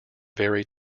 very